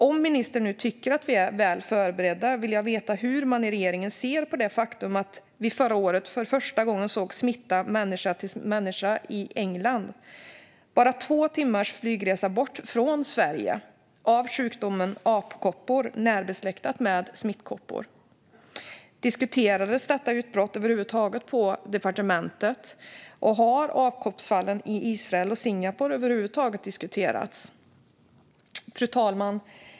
Om ministern nu tycker att vi är väl förberedda vill jag veta hur man i regeringen ser på det faktum att vi förra året för första gången såg smitta från människa till människa i England, bara två timmars flygresa bort från Sverige, av sjukdomen apkoppor, närbesläktad med smittkoppor. Diskuterades detta utbrott över huvud taget på departementet? Har apkoppsfallen i Israel och Singapore över huvud taget diskuterats? Fru talman!